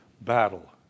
battle